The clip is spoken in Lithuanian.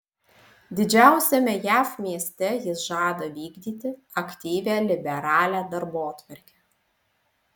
didžiausiame jav mieste jis žada vykdyti aktyvią liberalią darbotvarkę